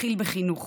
מתחיל בחינוך.